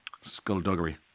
skullduggery